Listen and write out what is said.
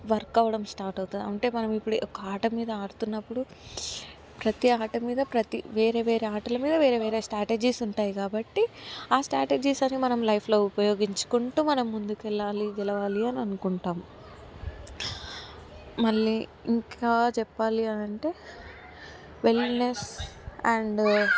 work అవడం start అవుతుంది అంటే మనం ఇప్పుడు ఒక ఆట మీద ఆడుతున్నప్పుడు ప్రతి ఆట మీద ప్రతి వేరే వేరే ఆటల మీద వేరే వేరే స్ట్రాటజీస్ ఉంటాయి కాబట్టి ఆ స్ట్రాటజీస్ అన్నీ మన లైఫ్లో ఉపయోగించుకుంటూ మనం ముందుకు వెళ్లాలి గెలవాలి అని అనుకుంటాం మళ్లీ ఇంకా చెప్పాలి అని అంటే వెల్నెస్ అండ్